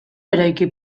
eraiki